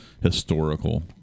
historical